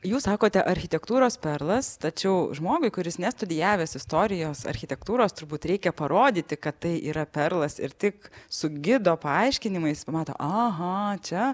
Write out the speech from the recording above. jūs sakote architektūros perlas tačiau žmogui kuris nestudijavęs istorijos architektūros turbūt reikia parodyti kad tai yra perlas ir tik su gido paaiškinimais mato aha čia